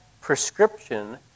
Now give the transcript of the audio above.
prescription